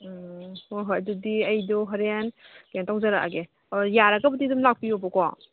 ꯎꯝ ꯍꯣꯏ ꯍꯣꯏ ꯑꯗꯨꯗꯤ ꯑꯩꯗꯣ ꯍꯣꯔꯦꯟ ꯀꯩꯅꯣ ꯇꯧꯖꯔꯛꯑꯒꯦ ꯑꯣ ꯌꯥꯔꯒꯕꯨꯗꯤ ꯑꯗꯨꯝ ꯂꯥꯛꯄꯤꯊꯣꯕꯀꯣ